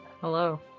Hello